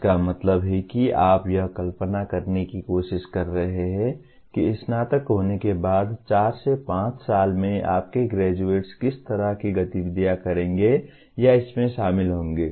इसका मतलब है कि आप यह कल्पना करने की कोशिश कर रहे हैं कि स्नातक होने के बाद चार से पांच साल में आपके ग्रेजुएट्स किस तरह की गतिविधियां करेंगे या इसमें शामिल होंगे